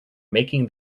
making